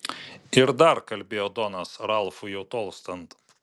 ir dar kalbėjo donas ralfui jau tolstant